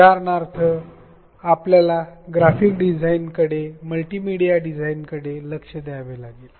उदाहरणार्थ आपल्याला ग्राफिक डिझाईनकडे मल्टीमीडिया डिझाइनकडे लक्ष द्यावे लागेल